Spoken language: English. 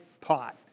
pot